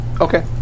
Okay